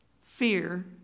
Fear